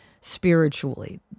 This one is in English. spiritually